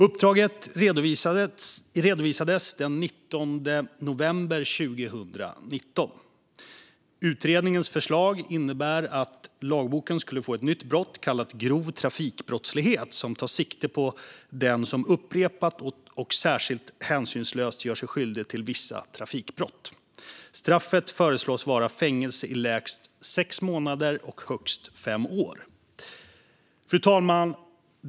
Uppdraget redovisades den 19 november 2019. Utredningens förslag innebär att lagboken skulle få ett nytt brott kallat grov trafikbrottslighet som tar sikte på den som upprepat och särskilt hänsynslöst gör sig skyldig till vissa trafikbrott. Straffet föreslås vara fängelse i lägst sex månader och högst fem år. Fru talman!